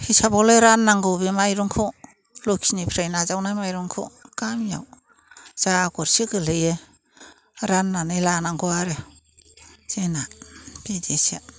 हिसाबावलाय राननांगौ बे माइरंखौ लखिनिफ्राय नाजावनाय माइरंखौ गामियाव जा गरसे गोलैयो राननानै लानांगौ आरो जोंना बिदिसो